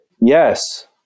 Yes